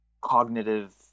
cognitive